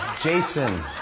Jason